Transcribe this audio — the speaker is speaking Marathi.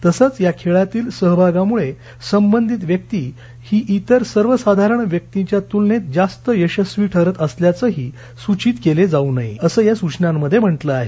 तसेच या खेळातील सहभागामुळे संबंधित व्यक्ती ही इतर सर्वसाधारण व्यक्तीच्या तुलनेत जास्त यशस्वी ठरत असल्याचेही सूचित केले जाऊ नये असे या सूचनांमध्ये म्हटले आहे